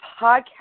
Podcast